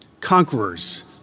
conquerors